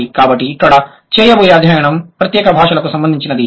కాబట్టి ఇక్కడ చేయబోయే అధ్యయనం ప్రత్యేక భాషలకు సంబంధించినది